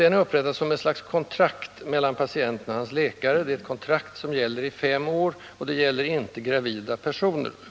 Det är upprättat som ett slags kontrakt mellan patienten och hans läkare. Det gäller i fem år, men det gäller inte för gravida kvinnor.